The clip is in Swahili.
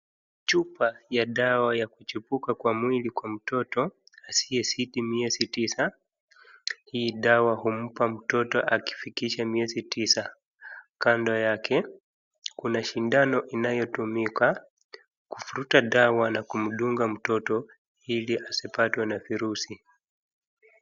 Chupa ya dawa ya kuchipuka kwa mwili kwa mtoto asiyezidii miezi sita hii dawa humpa mtoto akifikisha miezi sita kando yake kuna shindano inayotumika kuvuruta dawa na kumpa mtoto ili asipatwe na virusi.